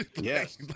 Yes